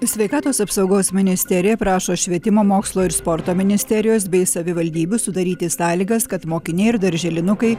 sveikatos apsaugos ministerija prašo švietimo mokslo ir sporto ministerijos bei savivaldybių sudaryti sąlygas kad mokiniai ir darželinukai